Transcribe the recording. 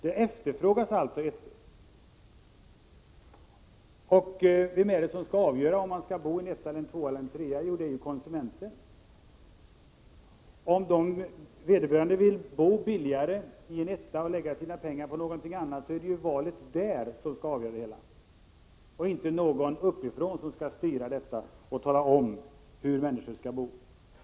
Det efterfrågas alltså ”ettor”. Vem skall avgöra om människor skall bo i ”ettor”, ”tvåor” eller ”treor”? Det är naturligtvis konsumenten. Om vederbörande vill bo billigare i en ”etta” och lägga sina pengar på något annat skall detta vara avgörande. Det skallinte vara någon uppifrån som skall styra och tala om hur människor skall bo.